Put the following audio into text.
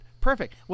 perfect